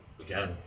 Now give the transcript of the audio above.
again